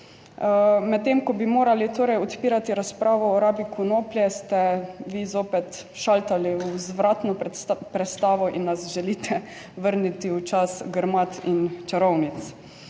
Medtem ko bi morali torej odpirati razpravo o rabi konoplje, ste vi zopet šaltali v vratno prestavo in nas želite vrniti v čas grmad in čarovnic.